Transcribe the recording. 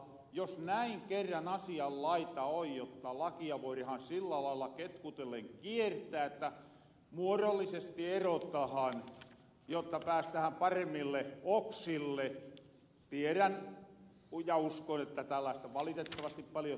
jos näin kerran asian laita on jotta lakia voirahan sillä lailla ketkutellen kiertää että muorollisesti erotahan jotta päästähän paremmille oksille tierän ja uskon että tällaista valitettavasti paljon tapahtuu